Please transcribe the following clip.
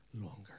longer